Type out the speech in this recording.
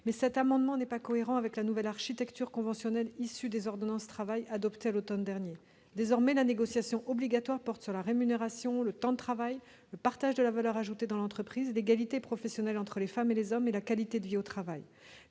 vous proposez ne sont pas cohérentes avec la nouvelle architecture conventionnelle issue des ordonnances Travail adoptées à l'automne dernier. Désormais, la négociation obligatoire porte sur la rémunération, le temps de travail, le partage de la valeur ajoutée dans l'entreprise, l'égalité professionnelle entre les femmes et les hommes et la qualité de vie au travail.